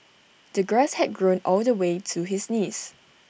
the grass had grown all the way to his knees